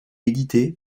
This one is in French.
édité